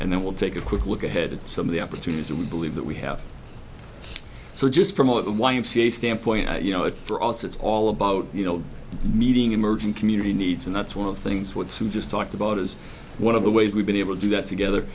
and then we'll take a quick look ahead at some of the opportunities that we believe that we have so just from all of the y m c a standpoint you know for us it's all about you know meeting emerging community needs and that's one of the things what some just talked about is one of the ways we've been able to do that together